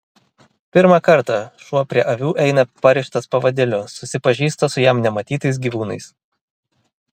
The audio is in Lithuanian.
pirmą kartą šuo prie avių eina parištas pavadėliu susipažįsta su jam nematytais gyvūnais